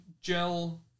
gel